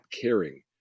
caring